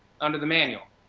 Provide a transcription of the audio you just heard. under the manual.